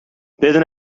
بدون